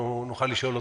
ונוכל לשאול אותם.